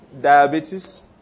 diabetes